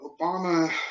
Obama